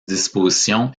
disposition